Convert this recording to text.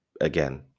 again